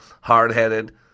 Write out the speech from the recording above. Hard-headed